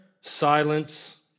silence